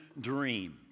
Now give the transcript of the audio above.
dream